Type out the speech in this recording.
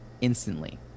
instantly